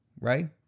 right